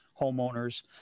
homeowners